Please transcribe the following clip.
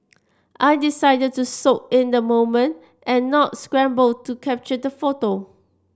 I decided to soak in the moment and not scramble to capture the photo